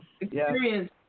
Experience